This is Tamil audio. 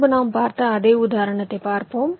முன்பு நாம் பார்த்த அதே உதாரணத்தைப் பார்ப்போம்